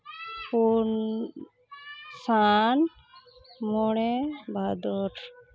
ᱯᱩᱱ ᱥᱟᱱ ᱢᱚᱬᱮ ᱵᱷᱟᱫᱚᱨ